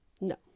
no